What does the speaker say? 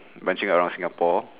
branching around singapore